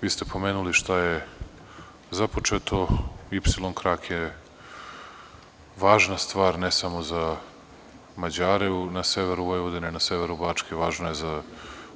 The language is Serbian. Vi ste pomenuli šta je započeto, ipsilon krak je važna stvar, ne samo za Mađare na severu Vojvodine i na severu Bačke,